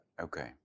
Okay